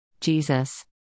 Jesus